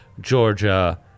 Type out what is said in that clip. Georgia